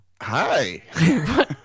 Hi